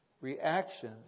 reaction